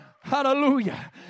Hallelujah